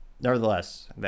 Nevertheless